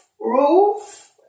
Roof